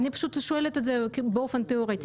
אני פשוט שואלת את זה באופן תיאורטי.